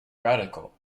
radical